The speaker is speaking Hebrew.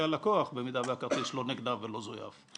הלקוח במידה והכרטיס לא נגנב ולא זויף.